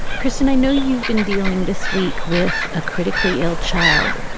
kristen, i know you've been dealing this week with a critically ill child